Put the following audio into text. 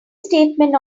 statement